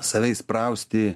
save įsprausti